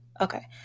okay